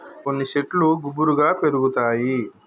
కొన్ని శెట్లు గుబురుగా పెరుగుతాయి